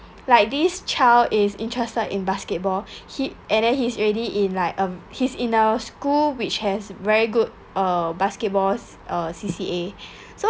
like this child is interested in basketball he and then he's already in like um he's in our school which has very good uh basketball uh C_C_A so